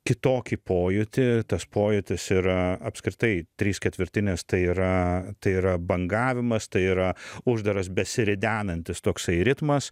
kitokį pojūtį tas pojūtis yra apskritai trys ketvirtinės tai yra tai yra bangavimas tai yra uždaras besiridenantis toksai ritmas